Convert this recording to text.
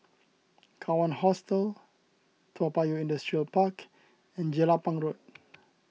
Kawan Hostel Toa Payoh Industrial Park and Jelapang Road